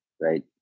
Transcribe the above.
right